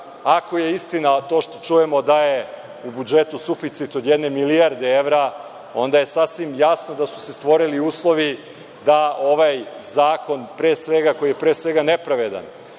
je istina to što čujemo da je u budžetu suficit od jedne milijarde evra, onda je sasvim jasno da su se stvorili uslovi da ovaj zakon koji je pre svega nepravedan,